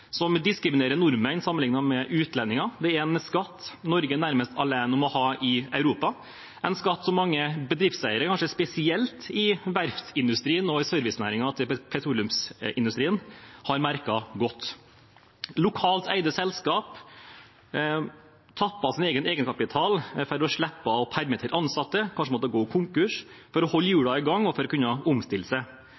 som diskriminerer nordmenn sammenlignet med utlendinger. Det er en skatt Norge nærmest er alene om å ha i Europa, en skatt som mange bedriftseiere, kanskje spesielt i verftsindustrien og i servicenæringer knyttet til petroleumsindustrien, har merket godt. Lokalt eide selskap tapper sin egen egenkapital for å slippe å permittere ansatte, kanskje å måtte gå konkurs, for å holde